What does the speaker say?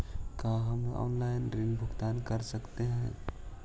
का हम आनलाइन ऋण भुगतान कर सकते हैं?